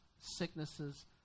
sicknesses